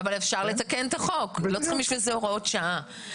אפשר לתקן את החוק, לא צריך בשביל זה הוראות שעה.